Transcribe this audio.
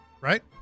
Right